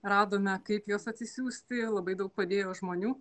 radome kaip juos atsisiųsti labai daug padėjo žmonių